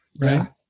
right